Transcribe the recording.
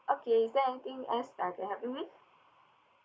okay is there anything else I can help you with